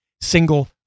single